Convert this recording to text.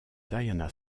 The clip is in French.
diana